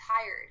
tired